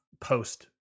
post